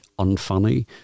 unfunny